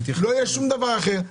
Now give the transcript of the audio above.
לא יהיה שום דבר אחר.